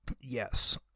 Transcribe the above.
Yes